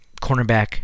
cornerback